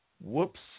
whoops